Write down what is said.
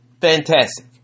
fantastic